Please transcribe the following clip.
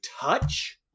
touch